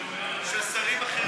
של שרים אחרים.